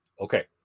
Okay